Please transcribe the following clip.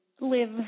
live